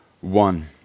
one